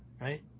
right